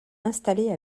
installée